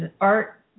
art